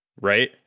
right